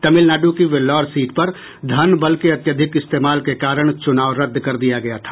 तमिलनाडु की वेल्लौर सीट पर धन बल के अत्याधिक इस्तेमाल के कारण चुनाव रद्द कर दिया गया था